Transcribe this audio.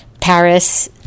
Paris